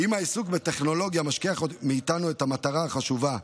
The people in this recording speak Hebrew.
אם העיסוק בטכנולוגיה משכיח מאיתנו את המטרה החשובה,